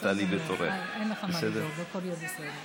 לפיד היה מתייחס לכך.